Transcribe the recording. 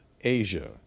Asia